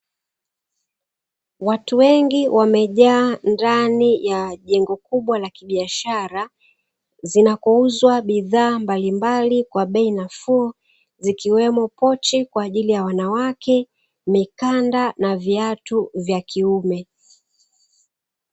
Watu wengi wamejaa ndani ya jengo kubwa la kibiashara zinazouzwa bidhaa mbalimbali kwa bei nafuu zikiwemo pochi kwa ajili ya wanawake, mikanda na viatu vya kiume.